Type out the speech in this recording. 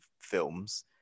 films